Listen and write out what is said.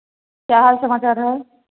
क्या हाल समाचार है